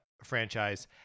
franchise